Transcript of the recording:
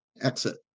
exit